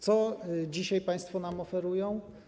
Co dzisiaj państwo nam oferują?